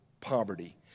poverty